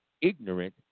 ignorant